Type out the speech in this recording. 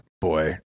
Boy